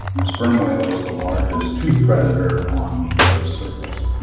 the sperm whale is the largest toothed predator um the earth's surface.